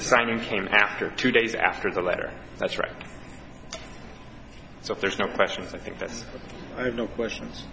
signing came after two days after the letter that's right so if there's no questions i think this i have no questions